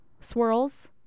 swirls